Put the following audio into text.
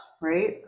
right